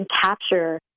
capture